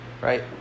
right